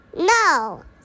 No